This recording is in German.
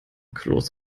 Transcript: kloß